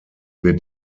wird